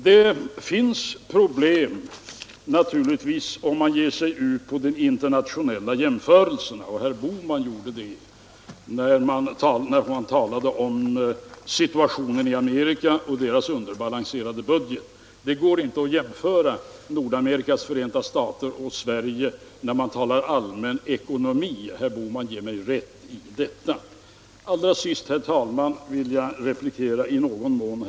Det är naturligtvis förenat med problem att göra internationella jämförelser. Herr Bohman gjorde det när han talade om situationen i Amerika och dess underbalanserade budget. Det går inte att jämföra Nordamerikas förenta stater och Sverige när man talar allmän ekonomi. Herr Bohman ger mig rätt i detta. Herr talman! Allra sist vill jag i någon mån replikera herr Ahlmark.